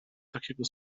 takiego